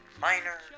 Minor